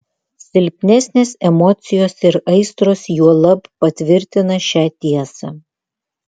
silpnesnės emocijos ir aistros juolab patvirtina šią tiesą